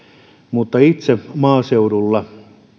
mutta itse maaseudulla